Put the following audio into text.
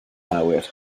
awyr